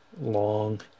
long